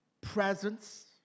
presence